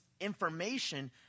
information